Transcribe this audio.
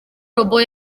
robo